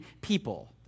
people